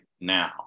now